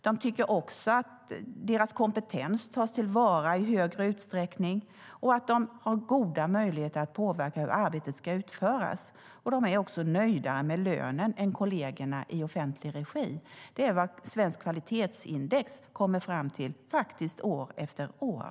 De tycker också att deras kompetens tas till vara i högre utsträckning och att de har goda möjligheter att påverka hur arbetet ska utföras. De är även nöjdare med lönen än kollegerna i offentlig regi. Det är vad Svenskt Kvalitetsindex kommer fram till år efter år.